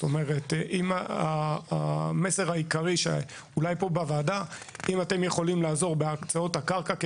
אם אתם בוועדה יכולים לעזור בהקצאות הקרקע,